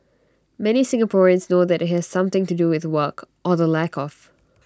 many Singaporeans know that IT has something to do with work or the lack of